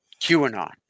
QAnon